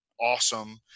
awesome